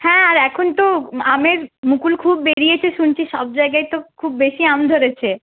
হ্যাঁ আর এখন তো আমের মুকুল খুব বেরিয়েছে শুনছি সব জায়গায় তো খুব বেশি আম ধরেছে